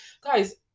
guys